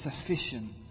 sufficient